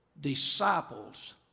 Disciples